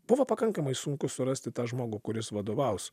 buvo pakankamai sunku surasti tą žmogų kuris vadovaus